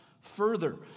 further